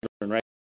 right